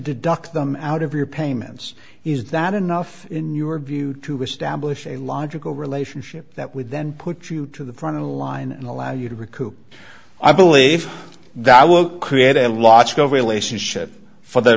deduct them out of your payments is that enough in your view to establish a logical relationship that would then put you to the front of the line and allow you to recoup i believe that i will create a lot of relationship for the